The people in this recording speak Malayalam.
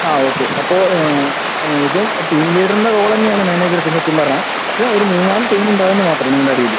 ആ ഓക്കെ അപ്പോൾ ഇത് ടീം ലീഡറിൻ്റെ റോൾ തന്നെ ആണ് മാനേജർക്കും സത്യം പറഞ്ഞാൽ പക്ഷെ ഒരു മൂന്നുനാല് ടീം ഉണ്ടാവുമെന്ന് മാത്രം നിങ്ങളെ അടിയിൽ